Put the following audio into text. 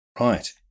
Right